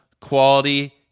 quality